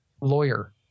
lawyer